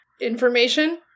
information